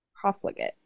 profligate